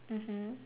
mmhmm